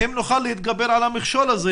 אם נוכל להתגבר על המכשול הזה